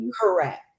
correct